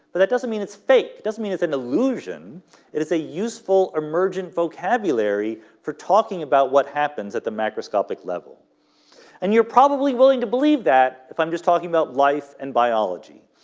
but that doesn't mean it's fake it doesn't mean it's an illusion it is a useful emergent vocabulary for talking about what happens at the macroscopic level and you're probably willing to believe that if i'm just talking about life and biology.